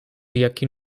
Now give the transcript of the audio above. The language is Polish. jaki